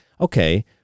okay